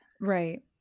Right